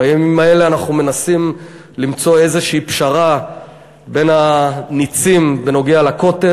בימים האלה אנחנו מנסים למצוא איזושהי פשרה בין הנצים בנוגע לכותל,